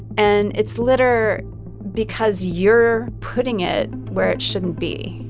and it's litter because you're putting it where it shouldn't be.